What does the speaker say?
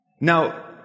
Now